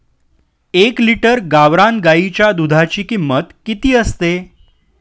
एक लिटर गावरान गाईच्या दुधाची किंमत किती असते?